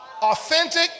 authentic